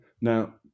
now